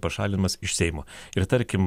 pašalinimas iš seimo ir tarkim